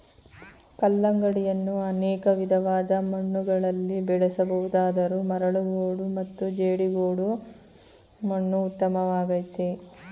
ಕಲ್ಲಂಗಡಿಯನ್ನು ಅನೇಕ ವಿಧವಾದ ಮಣ್ಣುಗಳಲ್ಲಿ ಬೆಳೆಸ ಬಹುದಾದರೂ ಮರಳುಗೋಡು ಮತ್ತು ಜೇಡಿಗೋಡು ಮಣ್ಣು ಉತ್ತಮವಾಗಯ್ತೆ